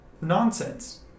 nonsense